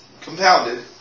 compounded